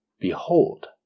Behold